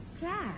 Jack